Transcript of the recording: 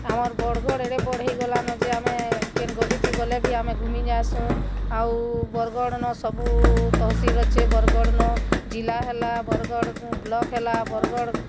ଆମର୍ ବରଗଡ଼ ଏଡେ ବଢ଼େଇ ଗଲାନ ଯେ ଆମେ କେନ୍ ଗଲି ଥି ଗଲେ ଭି ଆମେ ଘୁମି ଯାଆସୁଁ ଆଉ ବରଗଡ଼ ନ ସବୁ ତହସିଲ୍ ଅଛି ବରଗଡ଼ ନୁ ଜିଲ୍ଲା ହେଲା ବରଗଡ଼ ବ୍ଲକ୍ ହେଲା ବରଗଡ଼